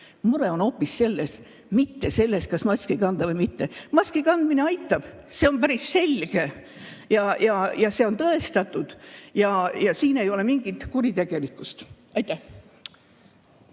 Mure on selles, mitte selles, kas maski kanda või mitte. Maski kandmine aitab, see on päris selge. See on tõestatud ja siin ei ole mingit kuritegelikkust.